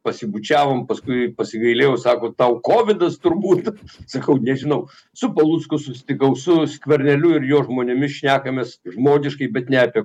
pasibučiavom paskui pasigailėjau sako tau kovidas turbūt sakau nežinau su palucku susitikau su skverneliu ir jo žmonėmis šnekamės žmogiškai bet ne apie